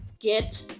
get